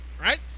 Right